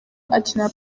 akinira